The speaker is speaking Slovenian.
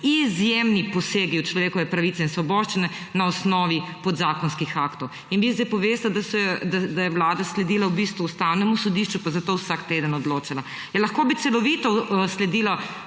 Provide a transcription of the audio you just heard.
izjemni posegi v človekove pravice in svoboščine na osnovi podzakonskih aktov. In zdaj vi poveste, da je Vlada v bistvu sledila Ustavnemu sodišču pa zato vsak teden odločala. Ja lahko bi celovito sledila